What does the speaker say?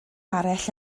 arall